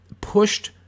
pushed